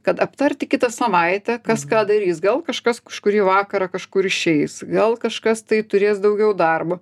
kad aptarti kitą savaitę kas ką darys gal kažkas kažkurį vakarą kažkur išeis gal kažkas tai turės daugiau darbo